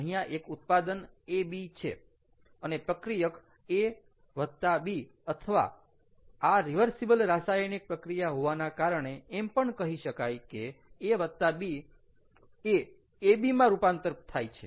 અહીંયા એક ઉત્પાદન AB છે અને પ્રક્રિયક A B અથવા આ રીવર્સીબલ રાસાયણિક પ્રક્રિયા હોવાના કારણે એમ પણ કહી શકાય કે A B એ AB મા રૂપાંતર થાય છે